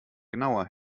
genauer